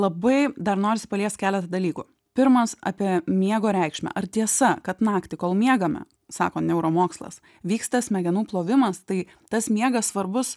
labai dar norisi paliest keletą dalykų pirmas apie miego reikšmę ar tiesa kad naktį kol miegame sako neuromokslas vyksta smegenų plovimas tai tas miegas svarbus